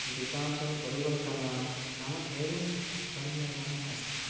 विकासपरिवर्तनं नाम एवं परिवर्तनम् अस्ति